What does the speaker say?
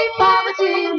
poverty